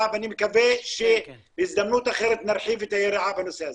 ואני מקווה שבהזדמנות אחרת נרחיב את היריעה בנושא הזה.